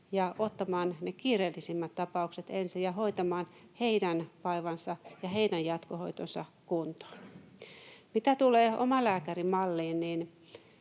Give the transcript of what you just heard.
ja ottamaan kiireellisimmät tapaukset ensin ja hoitamaan heidän vaivansa ja heidän jatkohoitonsa kuntoon. Mitä tulee omalääkärimalliin,